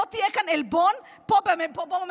לא יהיו כאן עלבון פה במליאה,